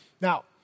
Now